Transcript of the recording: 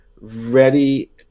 ready